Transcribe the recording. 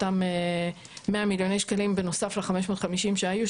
אותם 100 מיליוני שקלים בנוסף ל-550 שהיו,